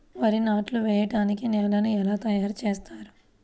వరి నాట్లు వేయటానికి నేలను ఎలా తయారు చేస్తారు?